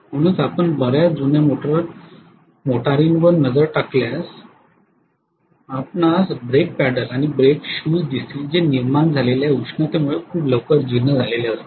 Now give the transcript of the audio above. म्हणूनच आपण बर्याच जुन्या मोटारींवर नजर टाकल्यास आपणास ब्रेक पॅडल आणि ब्रेक शूज दिसतील जे निर्माण झालेल्या उष्णतेमुळे खूप लवकरच जीर्ण झालेले असतात